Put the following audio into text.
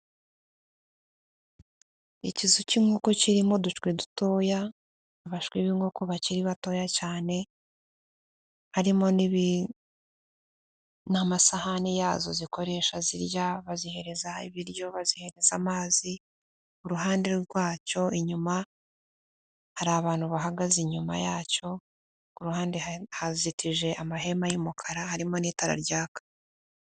Ikizu cy'inkoko kirimo udushwi dutoya, amashwi y'inkoko bakiri batoya cyane, harimo n'amasahani yazo zikoresha zirya bazihereza ibiryo, bazihereza amazi, uruhande rwacyo inyuma, hari abantu bahagaze inyuma yacyo, ku ruhande hazitije amahema y'umukara harimo n'itara ryaka.